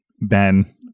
Ben